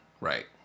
Right